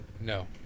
No